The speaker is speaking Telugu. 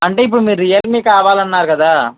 అంటే ఇప్పుడు మీరు రియల్మీ కావాలన్నారు కదా